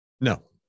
No